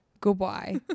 Goodbye